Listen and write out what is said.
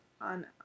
on